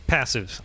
Passive